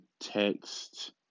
text